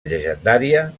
llegendària